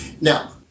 Now